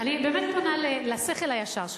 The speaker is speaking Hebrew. אני פונה באמת לשכל הישר שלך.